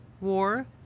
war